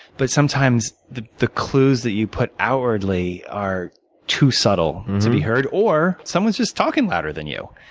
but sometimes, the the clues that you put outwardly are too subtle to be heard. or someone is just talking louder than you.